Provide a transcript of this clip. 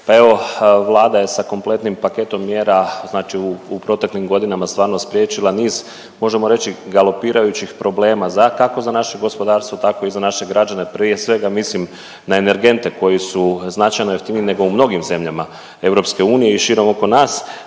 Pa evo, Vlada je sa kompletnim paketom mjera znači u proteklim godinama stvarno spriječila niz, možemo reći, galopirajućih problema, kako za naše gospodarstvo, tako i za naše građane, prije svega mislim na energente koji su značajno jeftiniji nego u mnogim zemljama EU i širom oko nas.